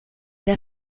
der